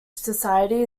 society